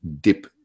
dip